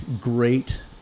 great